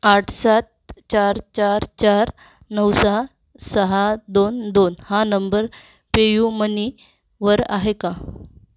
आठ सात चार चार चार नऊ सहा सहा दोन दोन हा नंबर पेयुमनीवर आहे का